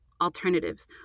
alternatives